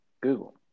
Google